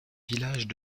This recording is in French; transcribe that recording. villages